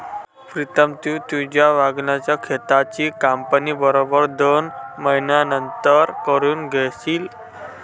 प्रीतम, तू तुझ्या वांग्याच शेताची कापणी बरोबर दोन महिन्यांनंतर करून घेशील